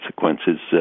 consequences